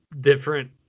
different